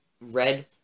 red